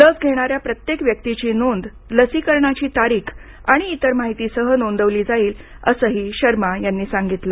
लस घेणारी प्रत्येक व्यक्तीची नोंद लसीकरणाची तारीख आणि इतर महितीसह नोंदवली जाईल असंही शर्मा यांनी सांगितलं